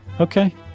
Okay